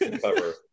cover